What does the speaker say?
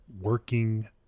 working